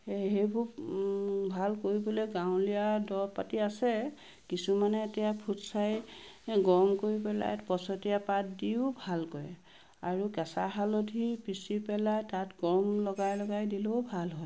সেইবোৰ ভাল কৰিবলৈ গাঁৱলীয়া দৰব পাতি আছে কিছুমানে এতিয়া ফুটছাই গৰম কৰি পেলাই পছটীয়া পাত দিও ভাল কৰে আৰু কেচা হালধি পিচি পেলাই তাত গৰম লগাই লগাই দিলেও ভাল হয়